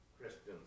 Christians